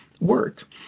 work